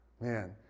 Man